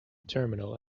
terminal